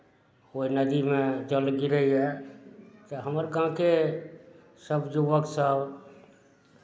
ओहि नदीमे जल गिरैए तऽ हमर गाँवके सभ युवकसभ